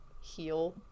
heal